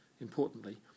importantly